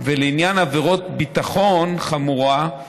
לעניין עבירות ביטחון חמורות,